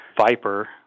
Viper